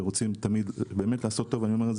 שרוצים תמיד לעשות טוב ואני אומר את